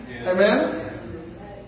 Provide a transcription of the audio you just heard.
amen